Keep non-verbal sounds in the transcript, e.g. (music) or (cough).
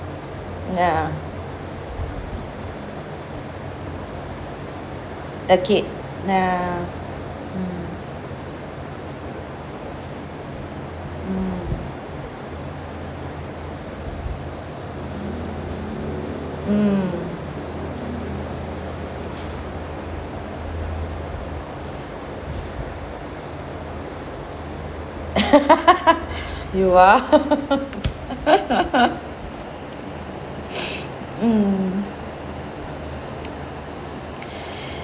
ya a kid ah mm mm mm (laughs) you ah (laughs) (noise) mm (breath)